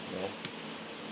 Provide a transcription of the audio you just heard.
you know